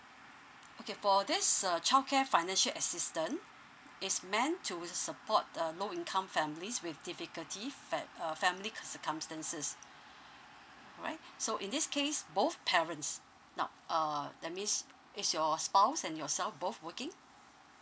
okay for this uh childcare financial assistant it's meant to support uh low income families with difficulty fa~ uh family ca~ circumstances right so in this case both parents now uh that means is your spouse and yourself both working